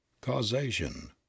causation